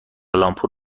لامپور